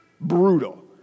Brutal